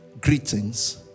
greetings